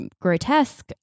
grotesque